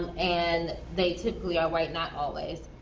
and they typically are white, not always.